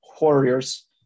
Warriors